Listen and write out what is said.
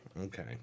Okay